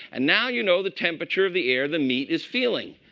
and now you know the temperature of the air the meat is feeling.